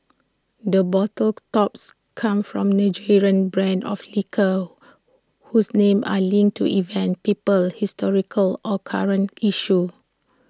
the bottle tops come from Nigerian brands of liquor whose names are linked to events people historical or current issues